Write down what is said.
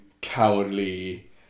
cowardly